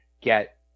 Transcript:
get